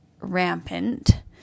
rampant